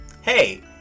hey